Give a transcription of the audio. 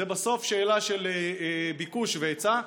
זה בסוף שאלה של ביקוש והיצע,